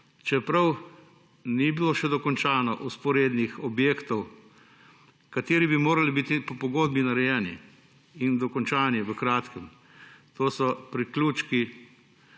čeprav še niso bili dokončani vzporedni objekti, ki bi morali biti po pogodbi narejeni in dokončani v kratkem. To so priključki